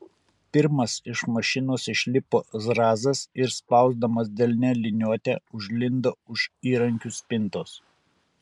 pirmas iš mašinos išlipo zrazas ir spausdamas delne liniuotę užlindo už įrankių spintos